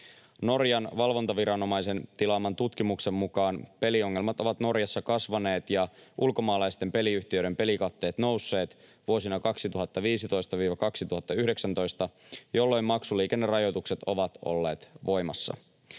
Norjan valvontaviranomaisen tilaaman tutkimuksen mukaan peliongelmat ovat Norjassa kasvaneet ja ulkomaalaisten peliyhtiöiden pelikatteet nousseet vuosina 2015—2019, jolloin maksuliikennerajoitukset ovat olleet voimassa.